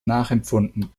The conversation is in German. nachempfunden